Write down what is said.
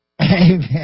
Amen